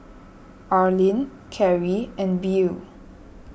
Arlin Carie and Beau